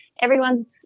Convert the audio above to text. everyone's